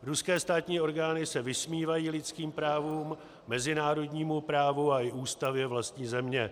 Ruské státní orgány se vysmívají lidským právům, mezinárodnímu právu i ústavě vlastní země.